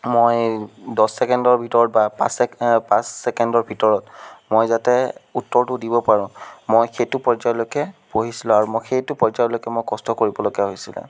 মই দহ ছেকেণ্ডৰ ভিতৰত বা পাঁচ ছেকেণ্ড পাঁচ ছেকেণ্ডৰ ভিতৰত মই যাতে উত্তৰটো দিব পাৰো মই সেইটো পৰ্যায়লৈকে পঢ়িছিলোঁ আৰু মই সেইটো পৰ্যায়লৈকে মই কষ্ট কৰিবলগীয়া হৈছিল